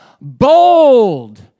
bold